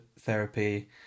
therapy